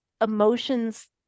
emotions